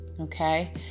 okay